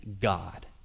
God